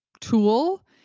tool